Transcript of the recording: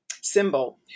symbol